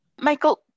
Michael